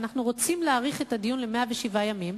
ואנחנו רוצים להאריך את הדיון ל-107 ימים,